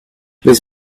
this